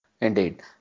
Indeed